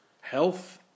health